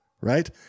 right